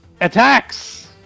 Attacks